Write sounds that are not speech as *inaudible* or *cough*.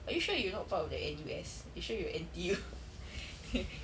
are you sure you're not part of the N_U_S you're sure you're N_T_U *laughs*